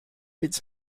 its